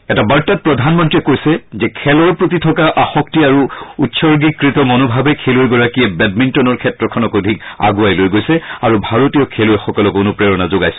এটা বাৰ্তাত প্ৰধানমন্ত্ৰীগৰাকীয়ে কৈছে খেলৰ প্ৰতি থকা আসক্তি আৰু উৎসৰ্গীকৃত মনোভাৱে খেলুৱৈগৰাকীক বেডমিণ্টনৰ ক্ষেত্ৰখনত অধিক আগুৱাই লৈ গৈছে আৰু ভাৰতীয় খেলুৱৈসকলক অনুপ্ৰেৰণা যোগাইছে